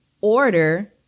order